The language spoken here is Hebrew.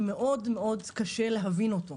קשה מאוד להבין את השירות.